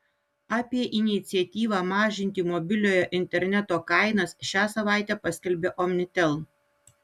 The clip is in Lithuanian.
apie iniciatyvą mažinti mobiliojo interneto kainas šią savaitę paskelbė omnitel